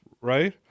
right